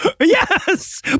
Yes